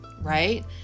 Right